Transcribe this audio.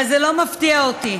אבל זה לא מפתיע אותי.